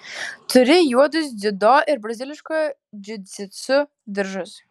turi juodus dziudo ir braziliškojo džiudžitsu diržus